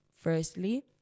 firstly